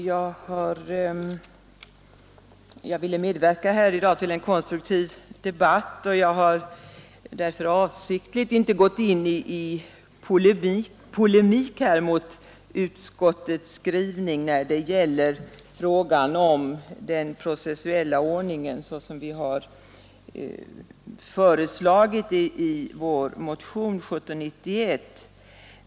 Fru talman! Jag ville medverka här i dag till en konstruktiv debatt, och jag har därför avsiktligt inte gått in i polemik mot utskottets skrivning när det gäller frågan om den processuella ordningen, som vi fört fram förslag om i vår motion 1791.